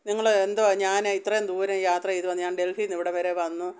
നിങ്ങള് എന്തുവാ ഞാന് ഇത്രയും ദൂരം യാത്ര ചെയ്ത് വന്ന് ഞാൻ ഡെൽഹിയിൽ നിന്ന് ഇവിടം വരെ വന്നു